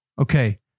Okay